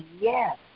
yes